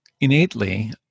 innately